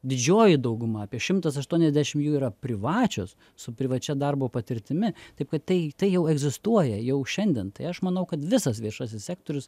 didžioji dauguma apie šimtas aštuoniasdešim jų yra privačios su privačia darbo patirtimi taip kad tai tai jau egzistuoja jau šiandien tai aš manau kad visas viešasis sektorius